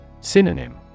Synonym